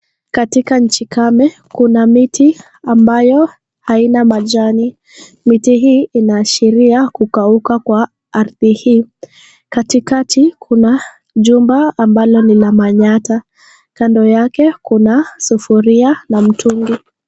Katika nchi kame kuna miti ambayo haina majani, miti hii inaashiria kukauka kwa ardhi hii, katikati kuna jumba ambalo lina manyatta kando yake kuna sufuria na mtungi.